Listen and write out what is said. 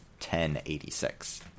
1086